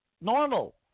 normal